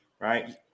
right